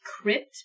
crypt